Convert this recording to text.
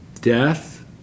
Death